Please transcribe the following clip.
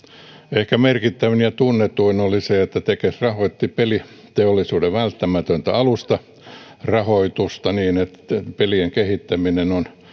ehkä merkittävin ja tunnetuin oli se että tekes rahoitti peliteollisuuden välttämätöntä alustarahoitusta niin että pelien kehittäminen on